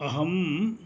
अहं